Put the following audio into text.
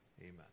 Amen